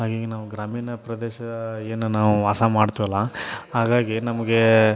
ಹಾಗಾಗಿ ನಾವು ಗ್ರಾಮೀಣ ಪ್ರದೇಶದ ಏನು ನಾವು ವಾಸ ಮಾಡ್ತೀವಲ್ವ ಹಾಗಾಗಿ ನಮಗೆ